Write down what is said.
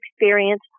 experience